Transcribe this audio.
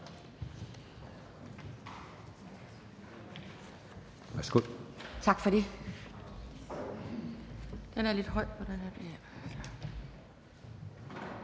Tak for det.